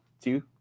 two